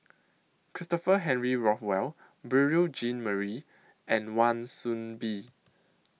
Christopher Henry Rothwell Beurel Jean Marie and Wan Soon Bee